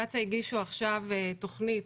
קצא"א הגישו עכשיו תכנית,